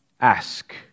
ask